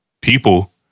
people